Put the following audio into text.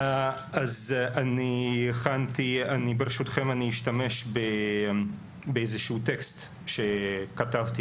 אז ברשותכם אני אשתמש בטקסט שכתבתי